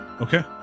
Okay